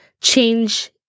change